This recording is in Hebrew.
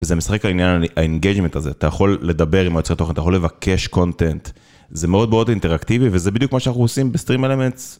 וזה משחק העניין האנגג'מנט הזה, אתה יכול לדבר עם היצרי התוכן, אתה יכול לבקש קונטנט. זה מאוד מאוד אינטראקטיבי וזה בדיוק מה שאנחנו עושים בסטרים אלמנטס.